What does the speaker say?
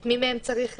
את מי מהם להעדיף?